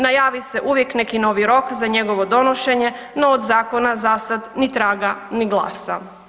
Najavi se uvijek neki novi rok za njegovo donošenje, no od zakona zasad ni traga ni glasa.